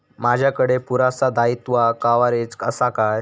माजाकडे पुरासा दाईत्वा कव्हारेज असा काय?